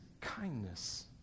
kindness